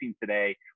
today